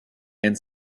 and